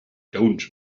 don’t